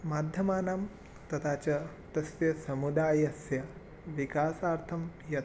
माध्यमानां तथा च तस्य समुदायस्य विकासार्थं यत्